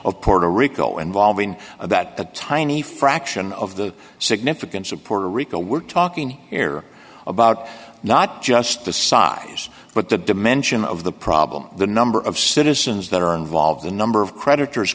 of puerto rico involving that a tiny fraction of the significance of puerto rico we're talking here about not just the size but the dimension of the problem the number of citizens that are involved the number of creditors